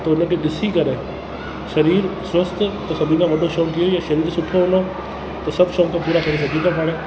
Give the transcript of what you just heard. त हुन खे ॾिसी करे शरीर स्वस्थ त सभीनि खां वॾो शौक़ु इहो ई आहे शरीर सुठो हूंदो त सभु शौक़ु पूरा करे सघूं था पाण